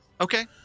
Okay